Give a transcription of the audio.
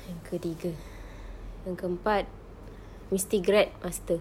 yang ketiga yang keempat mesti grad~ master